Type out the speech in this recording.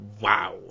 wow